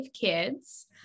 kids